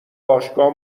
باشگاه